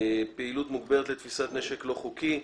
פעילות מוגברת לתפיסת נשק לא חוקי,